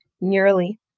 nearly